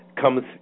comes